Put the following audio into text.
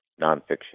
nonfiction